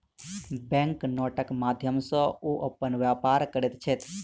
bank नोटक माध्यम सॅ ओ अपन व्यापार करैत छैथ